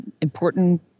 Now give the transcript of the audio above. important